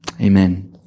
amen